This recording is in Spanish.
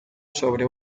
sobre